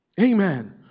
Amen